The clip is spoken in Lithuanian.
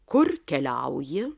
kur keliauji